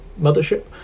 mothership